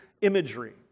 imagery